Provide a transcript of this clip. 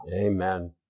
Amen